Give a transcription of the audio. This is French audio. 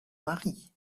mari